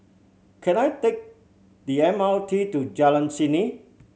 can I take the M R T to Jalan Isnin